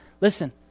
Listen